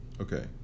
okay